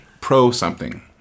pro-something